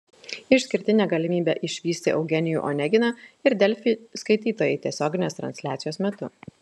išskirtinę galimybę išvysti eugenijų oneginą ir delfi skaitytojai tiesioginės transliacijos metu